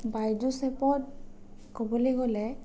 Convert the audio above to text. বাইজুচ এপত ক'বলৈ গ'লে